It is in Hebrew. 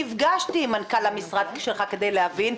נפגשתי עם מנכ"ל המשרד שלך כדי להבין,